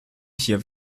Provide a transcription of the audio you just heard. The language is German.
hier